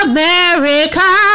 America